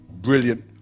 Brilliant